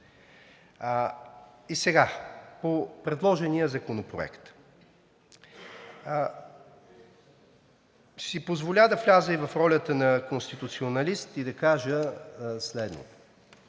Сега по предложения законопроект. Ще си позволя да вляза в ролята на конституционалист и да кажа следното: